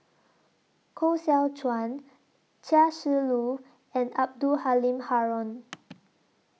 Koh Seow Chuan Chia Shi Lu and Abdul Halim Haron